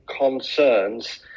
concerns